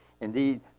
Indeed